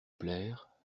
plaire